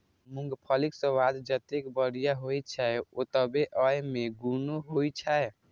मूंगफलीक स्वाद जतेक बढ़िया होइ छै, ओतबे अय मे गुणो होइ छै